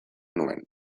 nuen